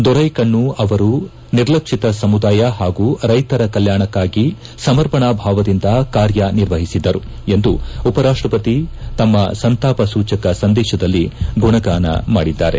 ದೊರೈಕಣ್ಣು ಅವರು ನಿರ್ಲಕ್ಷಿತ ಸಮುದಾಯ ಹಾಗೂ ರೈತರ ಕಲ್ಯಾಣಕ್ಕಾಗಿ ಸಮರ್ಪಣಾ ಭಾವದಿಂದ ಕಾರ್ಯನಿರ್ವಹಿಸಿದ್ದರು ಎಂದು ಉಪರಾಷ್ಲಪತಿ ತಮ್ಮ ಸಂತಾಪ ಸೂಚಕ ಸಂದೇಶದಲ್ಲಿ ಗುಣಗಾನ ಮಾಡಿದ್ದಾರೆ